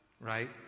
right